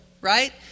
right